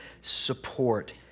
support